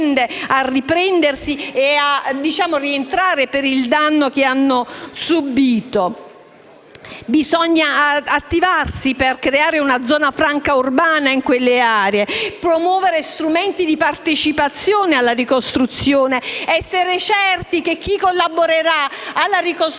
a riprendersi e a rientrare dal danno che hanno subito. Bisogna attivarsi per creare una zona franca urbana in quelle aree; promuovere strumenti di partecipazione alla ricostruzione, ed essere certi che chi collaborerà alla ricostruzione